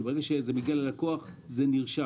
כי ברגע שזה מגיע ללקוח זה נרשם.